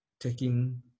taking